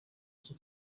icyo